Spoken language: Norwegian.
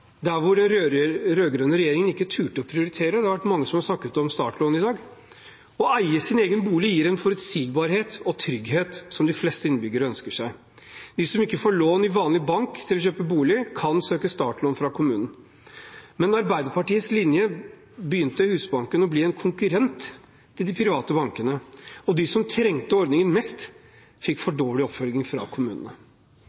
der hvor den rød-grønne regjeringen ikke turte å prioritere. Det er mange som har snakket om startlån i dag. Å eie sin egen bolig gir forutsigbarhet og trygghet, som de fleste innbyggere ønsker seg. De som ikke får lån til å kjøpe bolig i en vanlig bank, kan søke om startlån fra kommunen. Men med Arbeiderpartiets linje begynte Husbanken å bli en konkurrent til de private bankene, og de som trengte ordningen mest, fikk for